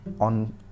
on